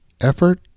Effort